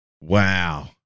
Wow